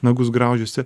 nagus graužiasi